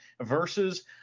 versus